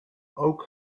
ook